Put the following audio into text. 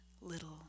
little